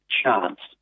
chance